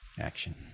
action